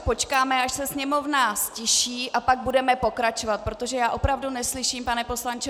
Počkáme, až se sněmovna ztiší, a pak budeme pokračovat, protože opravdu neslyším, pane poslanče.